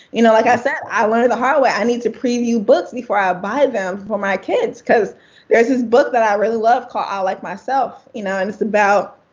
you know like i said, i learned the hard way. i need to preview books before i i buy them for my kids. there's this book but i really love called i like myself you know and it's about